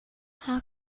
how